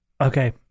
Okay